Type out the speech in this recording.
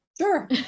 Sure